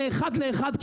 מאחד לאחד,